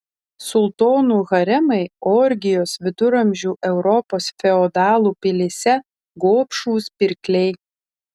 sultonų haremai orgijos viduramžių europos feodalų pilyse gobšūs pirkliai